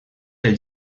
del